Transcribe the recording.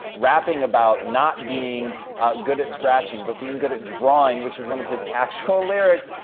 rapping about not being good at scratching, but being good at drawing, which is one of his actual lyrics,